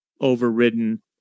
overridden